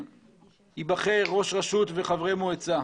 ולכשייבחר ראש רשות וחברי מועצה,